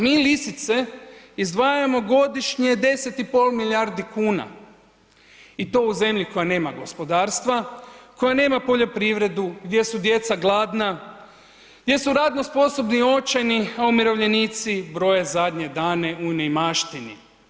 Mi lisice izdvajamo godišnje 10,5 milijardi kuna i to u zemlji koja nema gospodarstva, koja nema poljoprivredu, gdje su djeca gladna, gdje su radno sposobni očajni, a umirovljenici broje zadnje dane u neimaštini.